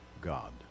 God